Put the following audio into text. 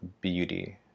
beauty